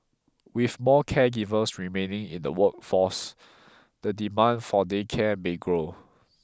with more caregivers remaining in the workforce the demand for day care may grow